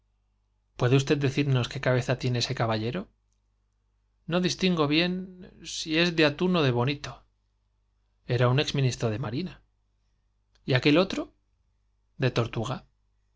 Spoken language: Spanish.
puede usted decirnos qué cabeza tiene ese caballero no distingo bien si es de atún ó de bonito era un ex ministro de marina y aquel otro de tortuga